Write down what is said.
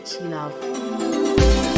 love